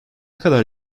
kadar